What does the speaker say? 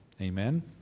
Amen